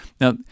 Now